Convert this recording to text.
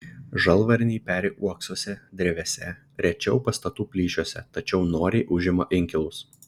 žalvarniai peri uoksuose drevėse rečiau pastatų plyšiuose tačiau noriai užima inkilus